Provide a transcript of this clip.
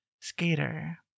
skater